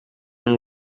n’u